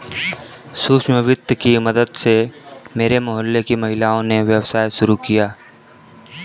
सूक्ष्म वित्त की मदद से मेरे मोहल्ले की महिलाओं ने व्यवसाय शुरू किया है